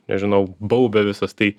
nežinau baubia visas tai